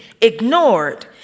ignored